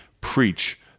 preach